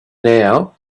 now